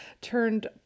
turned